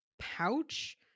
pouch